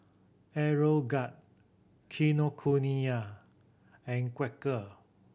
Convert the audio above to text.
Aeroguard Kinokuniya and Quaker